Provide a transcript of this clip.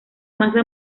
masa